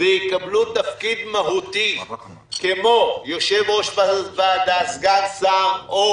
ויקבלו תפקיד מהותי כמו יושב-ראש ועדה, סגן שר או